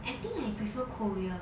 I think I prefer korea